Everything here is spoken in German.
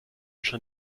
schon